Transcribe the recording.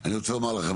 אני רוצה לומר לכם,